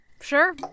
Sure